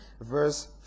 Verse